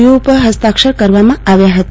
you ઉપર હસ્તાક્ષર કરવામાં આવ્યા હતા